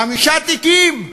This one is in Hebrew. חמישה תיקים.